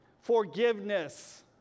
forgiveness